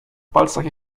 palcach